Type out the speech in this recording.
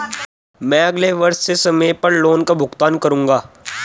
मैं अगले वर्ष से समय पर लोन का भुगतान करूंगा